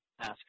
ask